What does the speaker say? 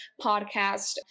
podcast